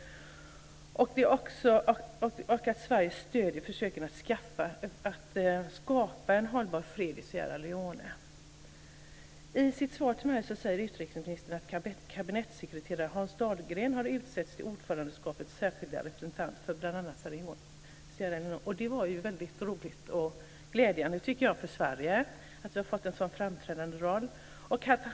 Sverige stöder också försöken att skapa en hållbar fred i Sierra Leone. I sitt svar till mig säger utrikesministern att kabinettssekreterare Hans Dahlgren har utsetts till ordförandeskapets särskilda representant för bl.a. Sierra Leone. Jag tycker att det var väldigt roligt och glädjande för Sverige att vi har fått en så framträdande roll.